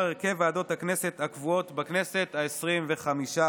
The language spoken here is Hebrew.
הרכב ועדות הכנסת הקבועות בכנסת העשרים-וחמש.